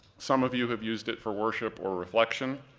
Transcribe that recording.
some of you have used it for worship or reflection,